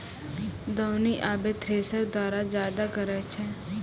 दौनी आबे थ्रेसर द्वारा जादा करै छै